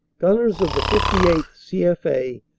gunners of the fifty eighth. c f a,